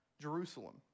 jerusalem